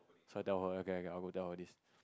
so I tell her okay okay I go tell her this